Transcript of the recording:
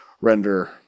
render